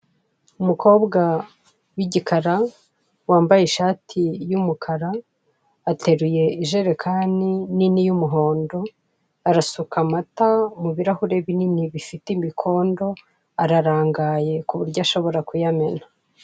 Umukobwa w'igikara wambaye ishati y'umkara, ateruye ijerekeni nini y'umuhondo, arasuka amata mu birahure binini bifite imikondo, ararangaye ku buryo ashobora kuyamena.